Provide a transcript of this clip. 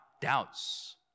doubts